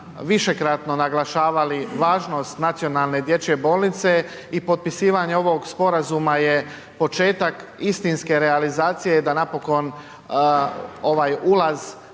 višekratno naglašavali važnost Nacionalne dječje bolnice i potpisivanje ovog sporazuma je početak istinske realizacije da napokon ovaj